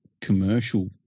commercial